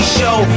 show